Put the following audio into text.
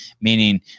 meaning